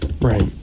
Right